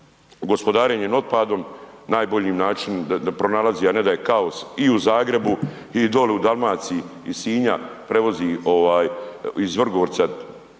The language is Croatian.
gospodarenjem otpadom, najbolji način da pronalazi, a ne da je kaos i u Zagrebu i dolje u Dalmaciji, iz Sinja prevozi ovaj, iz Vrgorca